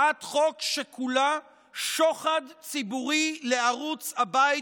הצעת חוק שכולה שוחד ציבורי לערוץ הבית